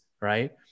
right